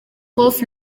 prof